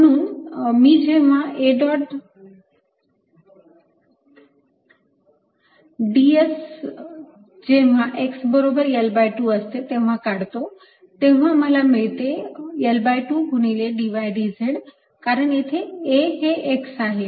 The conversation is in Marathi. म्हणून मी जेव्हा A डॉट ds जेव्हा x बरोबर L2 असते तेव्हा काढतो तेव्हा मला मिळते L2 गुणिले dy dz कारण येथे A हे x आहे